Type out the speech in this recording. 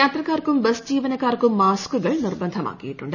യാത്രക്കാർക്കും ബസ് ജീവനക്കാർക്കും മാസ്കുകൾ നിർബന്ധമാക്കിയിട്ടുണ്ട്